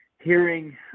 hearing